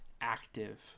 active